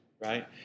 right